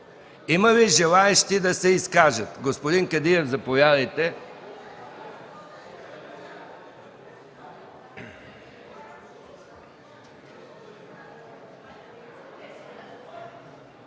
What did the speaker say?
Има ли желаещи да се изкажат? Господин Кадиев, заповядайте.